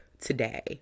today